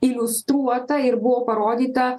iliustruota ir buvo parodyta